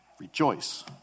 Rejoice